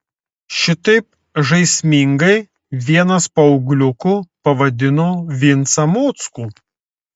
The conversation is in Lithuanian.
šitaip žaismingai vienas paaugliukų pavadino vincą mockų